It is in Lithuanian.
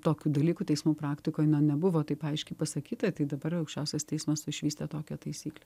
tokių dalykų teismų praktikoj nebuvo taip aiškiai pasakyta tai dabar aukščiausias teismas išvystė tokią taisyklę